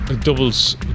doubles